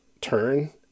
turn